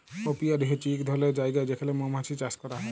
apiary হছে ইক ধরলের জায়গা যেখালে মমাছি চাষ ক্যরা হ্যয়